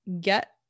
Get